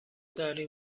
داریم